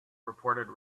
reported